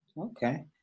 Okay